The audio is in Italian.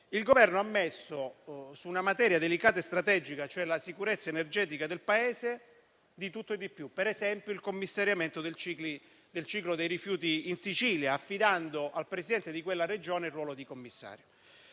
In un testo che tratta una materia delicata e strategica, cioè la sicurezza energetica del Paese, il Governo ha inserito di tutto e di più, per esempio il commissariamento del ciclo dei rifiuti in Sicilia, affidando al Presidente della Regione il ruolo di Commissario.